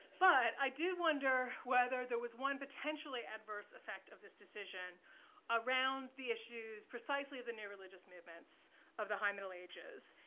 but i did wonder whether there was one potentially adverse effect of this decision around the issues, precisely the new religious movements of the high middle ages.